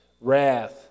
wrath